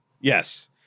Yes